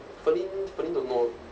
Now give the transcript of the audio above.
ferlyn ferlyn don't know